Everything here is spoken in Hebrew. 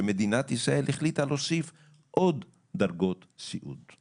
שמדינת ישראל החליטה להוסיף עוד דרגות סיעוד,